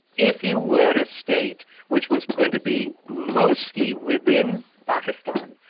if you were a state which was going to be mostly within pakistan,